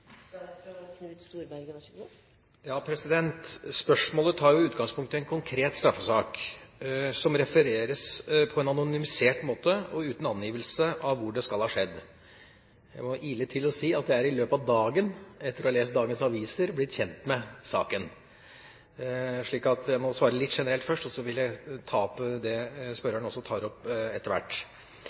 Spørsmålet tar utgangspunkt i en konkret straffesak som refereres på en anonymisert måte og uten angivelse av hvor det skal ha skjedd. Jeg må ile til og si at jeg i løpet av dagen – etter å ha lest dagens aviser – er blitt kjent med saken. Jeg må svare litt generelt først. Så vil jeg ta opp det spørreren tar opp, etter hvert.